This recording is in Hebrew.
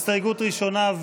הראשונה.